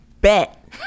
bet